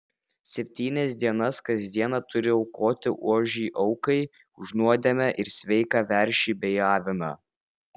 septynias dienas kas dieną turi aukoti ožį aukai už nuodėmę ir sveiką veršį bei aviną